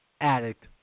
addict